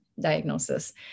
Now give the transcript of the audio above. diagnosis